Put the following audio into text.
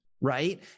right